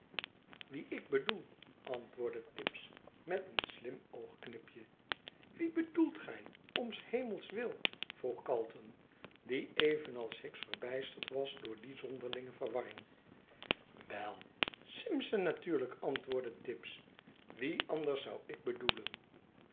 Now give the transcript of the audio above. wien ik bedoel antwoordde tibbs met een slim oogknipje wien bedoelt gij om s hemelswil vroeg calton die evenals hicks verbijsterd was door die zonderlinge verwarring wel simpson natuurlijk antwoordde tibbs wien anders zou ik bedoelen